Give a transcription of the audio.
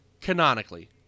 canonically